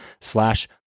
slash